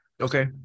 Okay